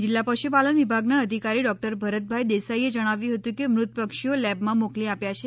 જિલ્લા પશુપાલન વિભાગના અધિકારી ડોક્ટર ભરતભાઈ દેસાઈએ જણાવ્યું હતું કે મૃત પક્ષીઓ લેબમાં મોકલી આપ્યાં છે